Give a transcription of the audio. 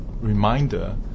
reminder